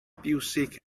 fiwsig